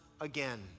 again